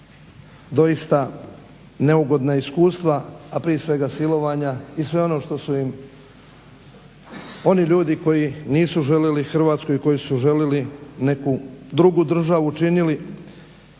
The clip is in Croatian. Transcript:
doista neugodna iskustva, a prije svega silovanja i sve ono što su im oni ljudi koji nisu želili Hrvatsku i koji su želili neku drugu državu činili.